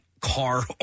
car